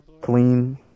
clean